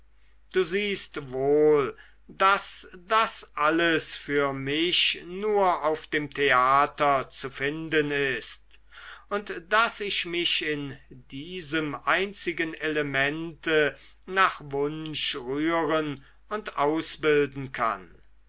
du siehst wohl daß das alles für mich nur auf dem theater zu finden ist und daß ich mich in diesem einzigen elemente nach wunsch rühren und ausbilden kann